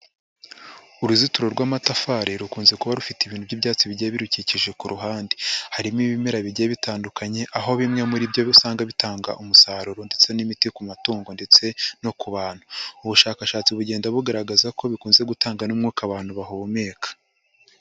Uruzitiro rw'amatafari rukunze kuba rufite ibintu by'ibyatsi bigiye birukikije ku ruhande. Harimo ibimera bigiye bitandukanye, aho bimwe muri byo usanga bitanga umusaruro ndetse n'imiti ku matungo ndetse no ku bantu. Ubushakashatsi bugenda bugaragaza ko bikunze gutanga n'umwuka abantu bahumeka.